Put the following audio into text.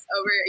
over